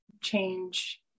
change